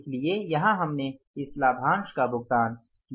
इसलिए यहां हमने इस लाभांश का भुगतान किया है